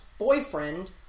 Boyfriend